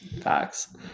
Facts